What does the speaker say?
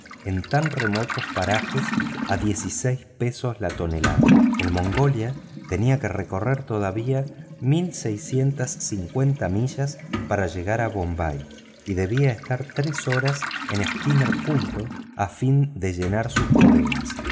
en tan remotos lugares a tres libras y pico la tonelada el mongolia tenía que recorrer todavía mil seiscientas cincuenta millas para llegar a bombay y debía estar tres horas en steamer point a fin de llenar sus bodegas